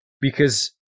Because-